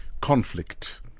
conflict